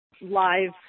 live